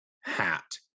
hat